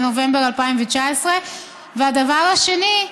בנובמבר 2019. והדבר השני,